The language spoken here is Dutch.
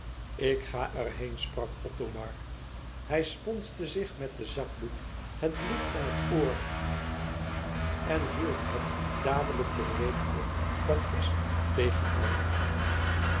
ik ga er heen sprak othomar hij sponsde zich met den zakdoek het bloed van het oor en hield het dadelijk doorweekte batist er tegen aan